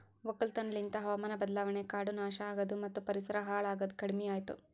ಒಕ್ಕಲತನ ಲಿಂತ್ ಹಾವಾಮಾನ ಬದಲಾವಣೆ, ಕಾಡು ನಾಶ ಆಗದು ಮತ್ತ ಪರಿಸರ ಹಾಳ್ ಆಗದ್ ಕಡಿಮಿಯಾತು